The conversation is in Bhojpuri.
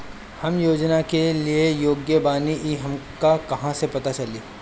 हम योजनाओ के लिए योग्य बानी ई हमके कहाँसे पता चली?